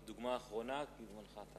דוגמה אחרונה כי הזמן תם.